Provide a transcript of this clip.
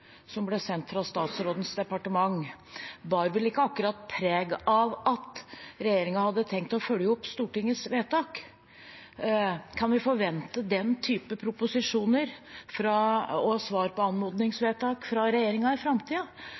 som ble sendt fra statsrådens departement, bar vel ikke akkurat preg av at regjeringen hadde tenkt å følge opp Stortingets vedtak. Kan vi forvente den typen proposisjoner og svar på anmodningsvedtak fra regjeringen i